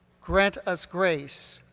grant us grace,